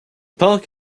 park